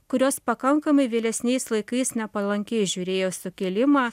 kurios pakankamai vėlesniais laikais nepalankiai žiūrėjo į sukėlimą